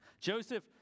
Joseph